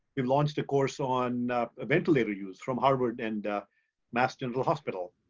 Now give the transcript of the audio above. we've launched a course on a ventilator use from harvard and mass general hospital.